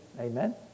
amen